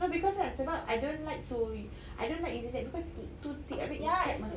no because kan sebab I don't like to I didn't like using that because it's thick I mean macam